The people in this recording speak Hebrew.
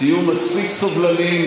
תהיו מספיק סובלניים.